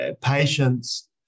patients